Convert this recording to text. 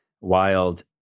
wild